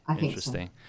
Interesting